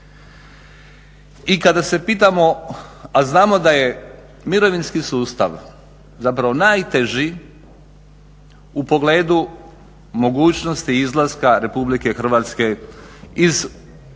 I kada se pitamo a znamo da je mirovinski sustav, zapravo najteži u pogledu mogućnosti izlaska Republike Hrvatske iz